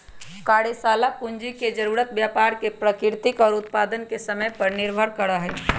कार्यशाला पूंजी के जरूरत व्यापार के प्रकृति और उत्पादन के समय पर निर्भर करा हई